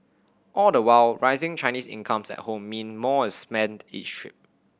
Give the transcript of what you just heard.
all the while rising Chinese incomes at home mean more is spent each trip